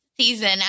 season